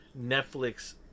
Netflix